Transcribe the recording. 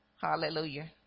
Hallelujah